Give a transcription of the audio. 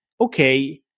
okay